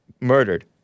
murdered